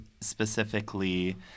specifically